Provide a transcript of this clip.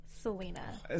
Selena